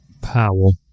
Powell